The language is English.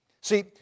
See